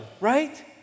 right